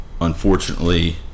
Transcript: unfortunately